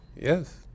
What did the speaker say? Yes